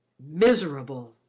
miserable!